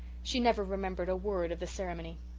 she never remembered a word of the ceremony.